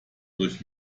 durch